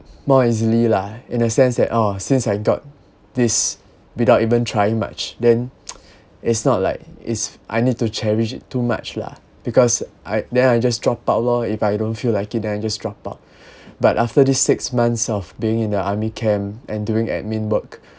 more easily lah in a sense that oh since I got this without even trying much then it's not like is I need to cherish it too much lah because I then I just drop out lor if I don't feel like it then I just drop out but after the six months of being in the army camp and doing admin work